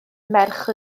merch